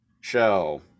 show